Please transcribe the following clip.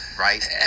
Right